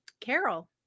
carol